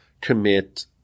commit